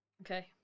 Okay